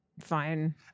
fine